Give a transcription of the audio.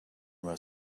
where